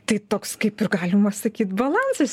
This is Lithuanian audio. tai toks kaip ir galima sakyt balansas